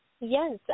Yes